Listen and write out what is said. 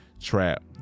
TRAP